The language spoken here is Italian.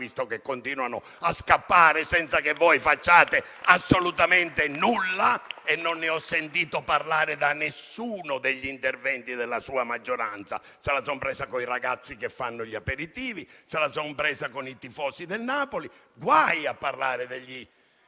visto che continuano a scappare, senza che facciate assolutamente nulla. E non ne ho sentito parlare in nessuno degli interventi della sua maggioranza: se la sono presa con i ragazzi che fanno gli aperitivi e con i tifosi del Napoli, ma guai a parlare delle